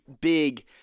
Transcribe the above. big